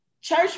church